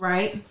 Right